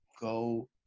go